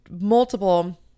multiple